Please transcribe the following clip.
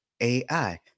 AI